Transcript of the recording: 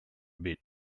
bit